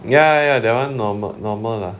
ya ya ya that [one] normal normal lah